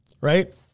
right